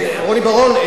רוני בר-און,